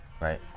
right